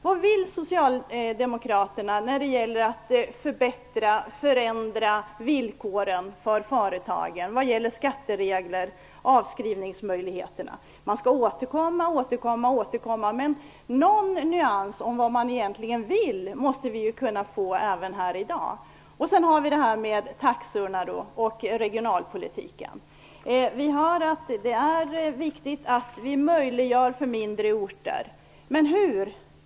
Vad vill Socialdemokraterna göra för att förbättra och förändra villkoren för företagen vad gäller skatteregler och avskrivningsmöjligheter? Man skall återkomma och återkomma. Men någon nyans om vad Socialdemokraterna egentligen vill måste vi kunna få här i dag. När det gäller taxorna och regionalpolitiken säger Socialdemokraterna att det är viktigt att mindre orter får möjligheter. Men hur?